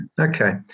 Okay